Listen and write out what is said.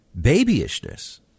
babyishness